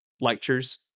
lectures